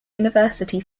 university